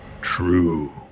true